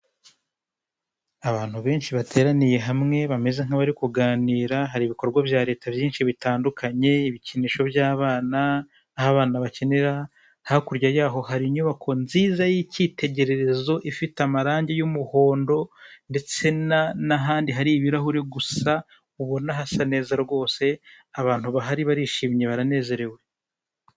Abantu benshi bateraniye hamwe, bameze nk'abari kuganira, hari ibikorwa bya leta byinshi bitandukanye, ibikinisho by'abana, aho abana bakinira, hakurya yaho hari inyubako nziza y'icyitegererezo, ifite amarangi y'umuhondo, ndetse n'ahandi hari ibirahuri gusa, ubona hasa neza rwose, abantu bahari barishimye baranezerewe.